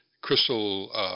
crystal